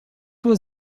was